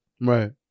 Right